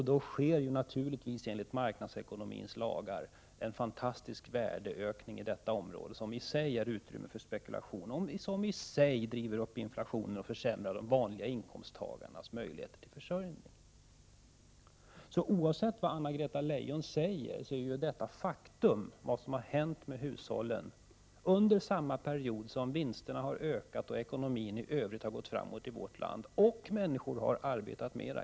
Då sker naturligtvis, enligt marknadsekonomins lagar, en fantastisk värdeökning i dessa områden, som i sig ger utrymme för spekulation. Denna driver upp inflationen och försämrar de vanliga inkomsttagarnas möjlighet till försörjning. Oavsett vad Anna-Greta Leijon säger, är detta ett faktum. Det är vad som har hänt med hushållen under samma period som vinsterna har ökat och ekonomin i övrigt har gått framåt i vårt land och människor har arbetat mera.